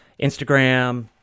Instagram